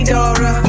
Dora